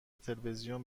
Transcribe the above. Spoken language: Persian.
تلویزیون